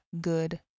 good